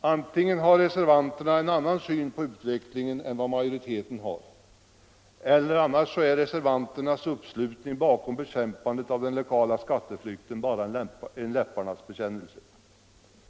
Antingen har reservanterna en annan syn på utvecklingen än majoriteten eller också är reservanternas uppslutning bakom bekämpandet av den legala skatteflykten bara en läpparnas bekännelse.